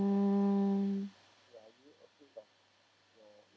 mm